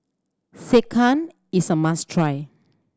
sekihan is a must try